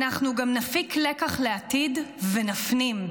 אנחנו גם נפיק לקח לעתיד ונפנים.